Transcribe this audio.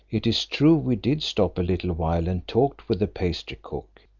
it is true, we did stop a little while and talked with the pastry-cook,